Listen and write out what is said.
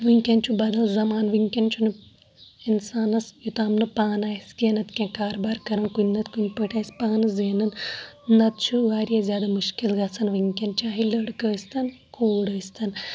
وُنکیٚن چھُ بَدَل زمانہٕ وُنکیٚن چھُنہٕ اِنسانَس یوٚتام نہٕ پانَے آسہِ کینٛہہ نَتہٕ کینٛہہ کاربار کَرُن کُنہِ نَتہٕ کُنہِ پٲٹھۍ آسہِ پانہٕ زینان نَتہٕ چھُ واریاہ زیادٕ مُشکل گژھان وُنکیٚن چاہے لٔڑکہٕ ٲسۍ تَن کوٗر ٲسۍ تَن